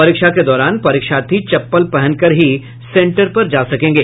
परीक्षा के दौरान परीक्षार्थी चप्पल पहनकर ही सेंटर पर जा सकेंगे